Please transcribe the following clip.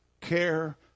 care